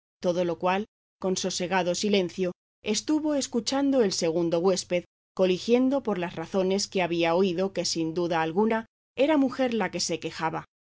todo lo cual con sosegado silencio estuvo escuchando el segundo huésped coligiendo por las razones que había oído que sin duda alguna era mujer la que se quejaba